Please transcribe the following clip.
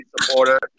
supporter